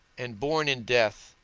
and born in death,